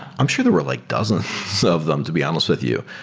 i'm sure there were like dozen of them to be honest with you.